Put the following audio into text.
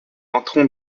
entrons